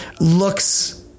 Looks